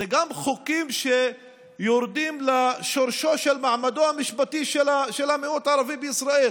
אלה גם חוקים שיורדים לשורשו של מעמדו המשפטי של המיעוט הערבי בישראל.